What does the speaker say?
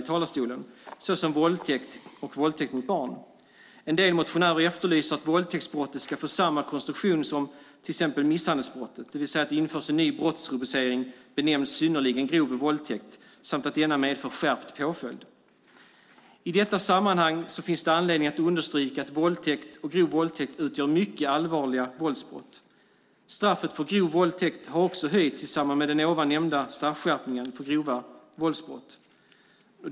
Det har vi hört om tidigare här i talarstolen. En del motionärer efterlyser att våldtäktsbrottet ska få samma konstruktion som misshandelsbrottet, det vill säga att det införs en ny brottsrubricering benämnd synnerligen grov våldtäkt samt att denna medför skärpt påföljd. I detta sammanhang finns anledning att understryka att våldtäkt och grov våldtäkt utgör mycket allvarliga våldsbrott. Straffet för grov våldtäkt har också höjts i samband med den ovan nämnda straffskärpningen för grova våldsbrott.